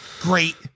great